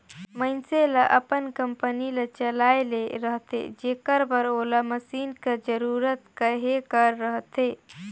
मइनसे ल अपन कंपनी ल चलाए ले रहथे जेकर बर ओला मसीन कर जरूरत कहे कर रहथे